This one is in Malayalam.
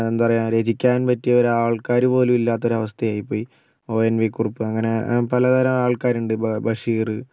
എന്താ പറയാ രചിക്കാൻ പറ്റിയ ഒരാൾക്കാർ പോലും ഇല്ലാത്ത ഒരു അവസ്ഥയായി പോയി ഓ എൻ വി കുറുപ്പ് അങ്ങനെ പലതരം ആൾക്കാരുണ്ട് ബഷീർ